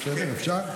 אה, כמה משרדים נסגרו?